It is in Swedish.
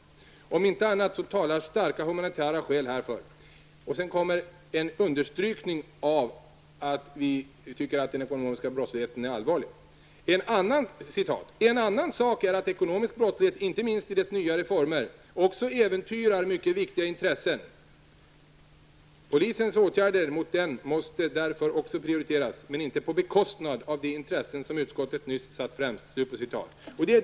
Om inte annat så talar starka humanitära skäl härför.'' -- Sedan följer en markering av att vi tycker att den ekonomiska brottsligheten är allvarlig. -- ''En annan sak är att ekonomisk brottslighet, inte minst i dess nyare former, också äventyrar mycket viktiga intressen. Polisens åtgärder mot den måste därför också prioriteras, men inte på bekostnad av de intressen som utskottet nyss satt främst.''